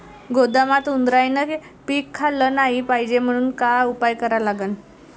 गोदामात उंदरायनं पीक खाल्लं नाही पायजे म्हनून का उपाय करा लागन?